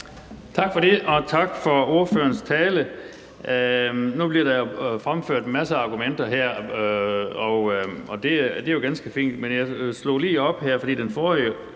Tak for det, og tak for ordførerens tale. Nu bliver der jo fremført en masse argumenter her, og det er jo ganske fint. Men jeg slog lige op her, for den forrige